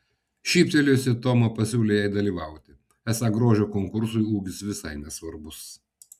šyptelėjusi toma pasiūlė jai dalyvauti esą grožio konkursui ūgis visai nesvarbus